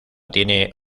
tiene